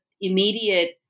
immediate